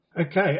Okay